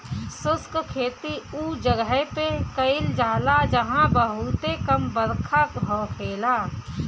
शुष्क खेती उ जगह पे कईल जाला जहां बहुते कम बरखा होखेला